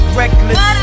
reckless